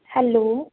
hello